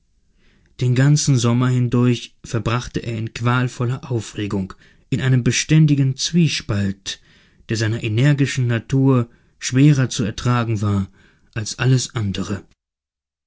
den ganzen sommer hindurch verbrachte er in qualvoller aufregung in einem beständigen zwiespalt der seiner energischen natur schwerer zu ertragen war als alles andere